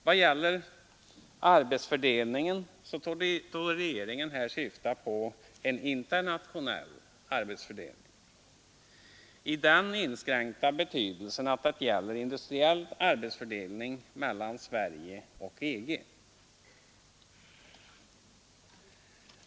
Vad gäller arbetsfördelningen torde regeringen här syfta på en internationell arbetsfördelning i den inskränkta betydelse att det gäller industriell arbetsfördelning mellan Sverige och EG.